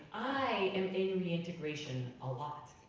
i am in reintegration a lot.